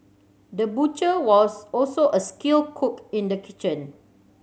the butcher was also a skilled cook in the kitchen